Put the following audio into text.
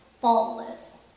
faultless